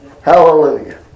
Hallelujah